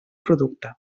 producte